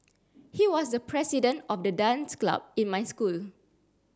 he was the president of the dance club in my school